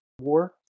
war